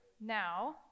now